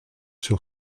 sur